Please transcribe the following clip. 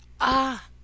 Ah